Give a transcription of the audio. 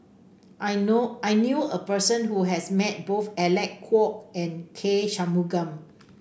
I know I knew a person who has met both Alec Kuok and K Shanmugam